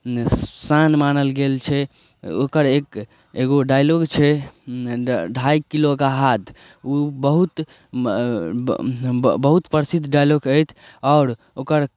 शान मानल गेल छै ओकर एगो डाइलॉग छै ढ़ाइ किलो का हाथ ओ बहुत बहुत प्रसिद्ध डाइलॉक अछि आओर ओकर